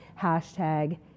hashtag